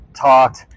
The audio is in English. talked